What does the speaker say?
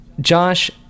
Josh